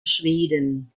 schweden